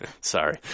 sorry